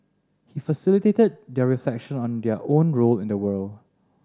he facilitated their reflection on their own role in the world